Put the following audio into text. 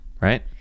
Right